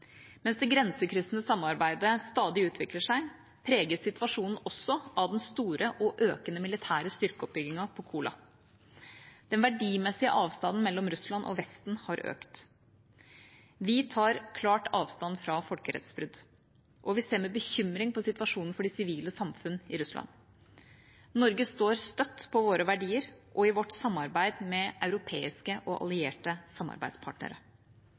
Mens det grensekryssende samarbeidet stadig utvikler seg, preges situasjonen også av den store – og økende – militære styrkeoppbyggingen på Kola. Den verdimessige avstanden mellom Russland og Vesten har økt. Vi tar klart avstand fra folkerettsbrudd, og vi ser med bekymring på situasjonen for det sivile samfunn i Russland. Norge står støtt på våre verdier og i vårt samarbeid med europeiske og allierte samarbeidspartnere.